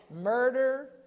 murder